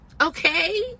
Okay